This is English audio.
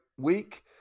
week